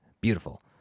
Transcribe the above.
Beautiful